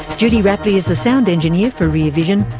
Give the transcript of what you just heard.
judy rapley is the sound engineer for rear vision.